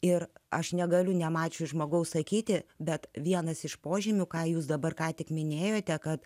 ir aš negaliu nemačius žmogaus sakyti bet vienas iš požymių ką jūs dabar ką tik minėjote kad